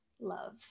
love